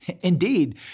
Indeed